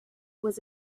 was